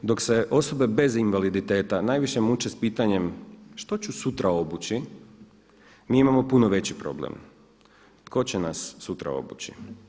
Dok se osobe bez invaliditeta najviše muče sa pitanjem što ću sutra obući mi imamo puno veći problem tko će nas sutra obući.